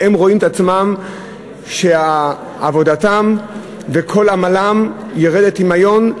והם רואים את עצמם כמי שעבודתם וכל עמלם ירד לטמיון,